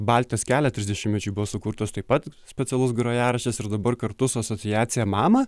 baltijos kelio trisdešimtmečiui buvo sukurtas taip pat specialus grojaraštis ir dabar kartu su asociacija mama